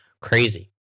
crazy